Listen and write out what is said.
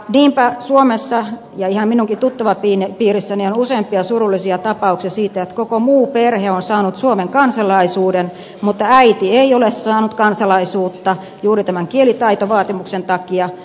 niinpä suomessa ja ihan minunkin tuttavapiirissäni on useampia surullisia tapauksia siitä että koko muu perhe on saanut suomen kansalaisuuden mutta äiti ei ole saanut kansalaisuutta juuri tämän kielitaitovaatimuksen takia